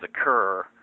occur